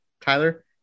Tyler